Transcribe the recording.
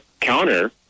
counter